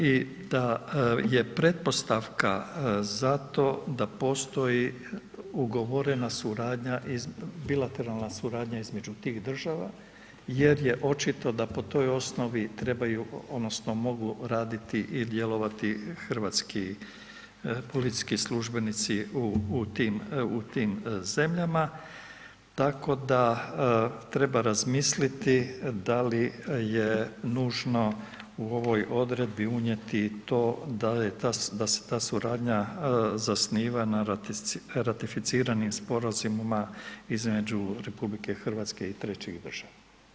I da je pretpostavka za to da postoji ugovorena suradnja, bilateralna suradnja između tih država jer je očito da po toj osnovi trebaju odnosno mogu raditi i djelovati hrvatski policijski službenici u tim zemljama tako da treba razmisliti da li je nužno u onoj odredbi unijeti to da se ta suradnja zasniva na ratificiranim sporazumima između RH i trećih država.